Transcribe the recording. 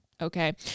okay